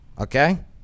okay